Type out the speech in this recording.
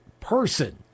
person